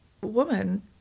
woman